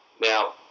Now